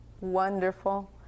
wonderful